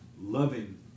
loving